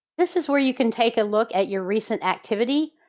this is where you can take a look at your recent activity.